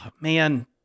man